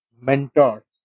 mentor